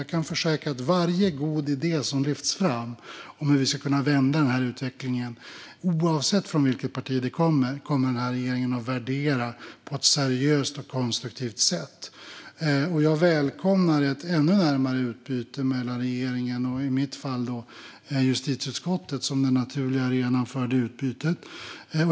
Jag kan försäkra att varje god idé som lyfts fram om hur vi ska kunna vända utvecklingen, oavsett vilket parti den kommer från, kommer att värderas på ett seriöst och konstruktivt sätt av den här regeringen. Jag välkomnar ett ännu närmare utbyte mellan regeringen och, i mitt fall, justitieutskottet som den naturliga arenan för detta utbyte.